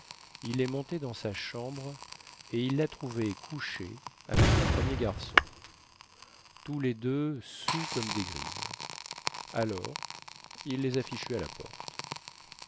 il est monté dans sa chambre et il la trouvée couchée avec le premier garçon tous les deux saouls comme des grives alors il les a fichus à la porte